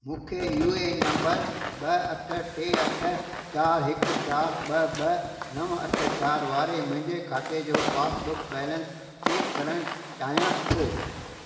मूंखे U N number ॿ अठ टे अठ चारि हिकु चारि ॿ ॿ नव अठ चारि वारे मुंहिंजे खाते जो पासबुक बैलेंस चैक करण चाहियां थो